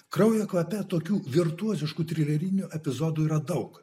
kraujo kvape tokių virtuoziškų trilerinių epizodų yra daug